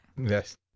Yes